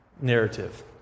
narrative